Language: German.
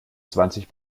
zwanzig